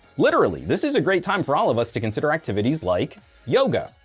literally, this is a great time for all of us to consider activities like yoga.